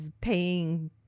paying